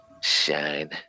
shine